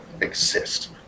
exist